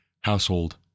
household